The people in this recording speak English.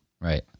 Right